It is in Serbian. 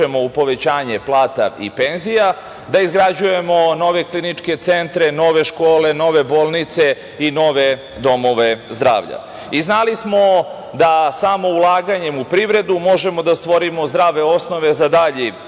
da ulažemo u povećanje plata i penzija, da izgrađujemo nove kliničke centre, nove škole, nove bolnice i nove domove zdravlja. Znali smo da samo ulaganjem u privredu možemo da stvorimo zdrave osnove za dalji